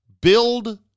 Build